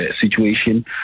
situation